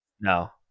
No